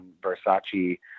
Versace